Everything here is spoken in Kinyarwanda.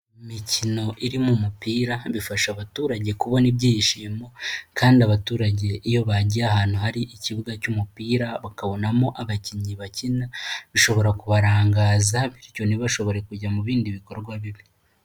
Imikino irimo umupira bifasha abaturage kubona ibyishimo, kandi abaturage iyo bagiye ahantu hari ikibuga cy'umupira bakabonamo abakinnyi bakina, bishobora kubarangaza bityo ntibashobore kujya mu bindi bikorwa bibi.